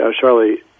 Charlie